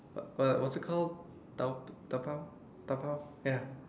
what what's it called da~ dabao dabao ya